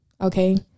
okay